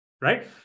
right